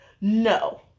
No